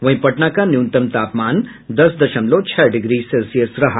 वहीं पटना का न्यूनतम तापमान दस दशमलव छह डिग्री सेल्सियस रहा